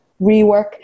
Rework